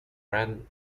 ran